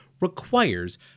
requires